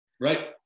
Right